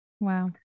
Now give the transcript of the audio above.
Wow